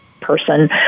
person